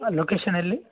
location ಎಲ್ಲಿ